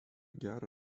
gerą